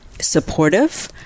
supportive